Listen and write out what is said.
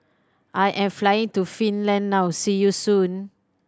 I am flying to Finland now see you soon